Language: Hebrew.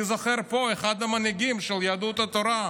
אני זוכר פה את אחד המנהיגים של יהדות התורה,